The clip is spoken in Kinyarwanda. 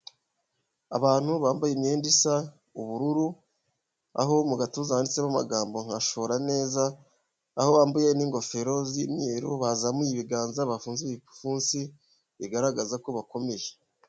Abantu bambaye imyenda isa ubururu, aho mu gatuza handitsemo amagambo nka shora neza, aho bambuye n'ingofero z'imyeru bazamuye ibiganza, bafunze ibipfunsi bigaragaza ko bakomeye.